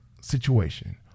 situation